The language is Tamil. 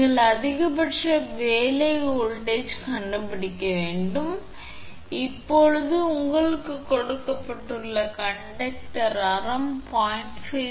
நீங்கள் அதிகபட்ச வேலை வோல்ட்டேஜில் கண்டுபிடிக்க வேண்டும் இப்போது உங்களுக்குக் கொடுக்கப்பட்ட கண்டக்டர் ஆரம் 0